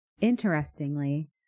interestingly